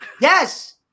Yes